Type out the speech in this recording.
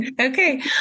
Okay